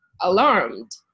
alarmed